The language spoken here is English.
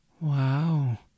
Wow